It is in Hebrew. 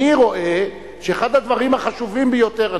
אני רואה שאחד הדברים החשובים ביותר,